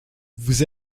vous